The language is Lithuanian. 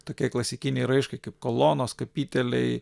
tokiai klasikiniai raiškai kaip kolonos kapiteliai